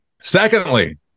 Secondly